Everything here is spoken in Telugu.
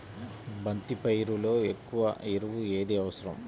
బంతి పైరులో ఎక్కువ ఎరువు ఏది అవసరం?